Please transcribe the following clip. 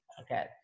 okay